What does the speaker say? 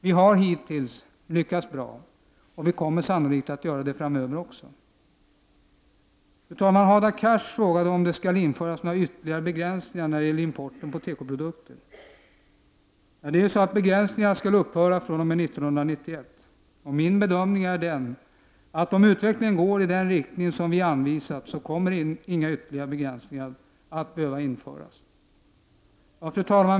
Vi har hittills lyckats bra, och vi kommer sannolikt att göra det framöver också. Fru talman! Hadar Cars frågade om det skall införas några ytterligare begränsningar när det gäller importen av tekoprodukter. Begränsningarna skall upphöra fr.o.m. 1991, och min bedömning är den att om utvecklingen går i den riktning som vi anvisat, så kommer inga ytterligare begränsningar att behöva införas. Fru talman!